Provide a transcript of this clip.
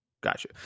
Gotcha